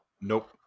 Nope